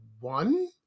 one